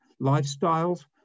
lifestyles